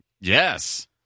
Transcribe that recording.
Yes